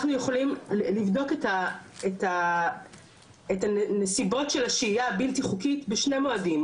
אנחנו יכולים לבדוק את הנסיבות של השהייה הבלתי חוקית בשני מועדים,